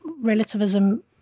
relativism